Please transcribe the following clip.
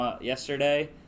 yesterday